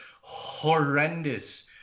horrendous